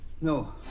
No